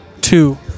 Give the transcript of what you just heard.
two